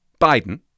Biden